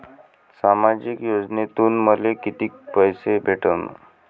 सामाजिक योजनेतून मले कितीक पैसे भेटन?